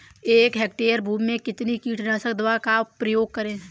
एक हेक्टेयर भूमि में कितनी कीटनाशक दवा का प्रयोग करें?